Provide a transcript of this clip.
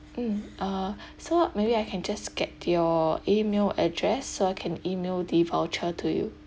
mm uh so maybe I can just get your email address so I can email the voucher to you